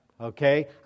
okay